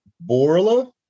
Borla